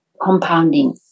compounding